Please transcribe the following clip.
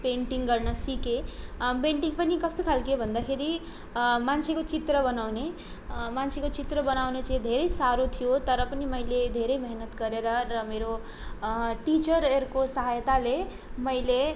painting गर्न सिकेँ painting पनि कस्तो खालके भन्दाखेरि मान्छेको चित्र बनाउने मान्छेको चित्र बनाउनु चाहिँ धेरै साह्रो थियो तर पनि मैले धेरै मिहिनेत गरेर र मेरो टिचरहरूको सहायताले मैले